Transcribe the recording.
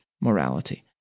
morality